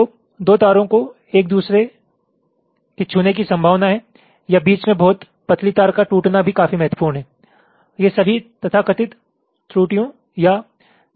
तो दो तारों को एक दूसरे छूने की संभावना है या बीच में बहुत पतली तार का टूटना भी काफी महत्वपूर्ण है ये सभी तथाकथित त्रुटियों या दोषों के स्रोत हैं